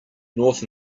north